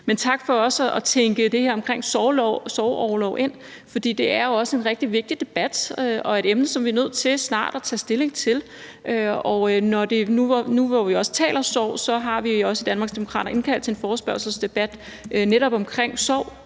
også tak for at tænke det her omkring sorgorlov ind, for det er jo også en rigtig vigtig debat og et emne, som vi er nødt til snart at tage stilling til. Nu, hvor vi også taler sorg, har vi i Danmarksdemokraterne også indkaldt til en forespørgselsdebat netop omkring sorg,